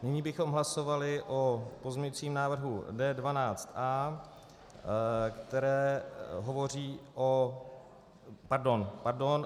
Nyní bychom hlasovali o pozměňujícím návrhu D12a, který hovoří o... pardon, pardon.